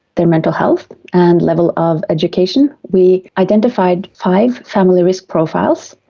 their mental health and level of education we identified five family risk profiles.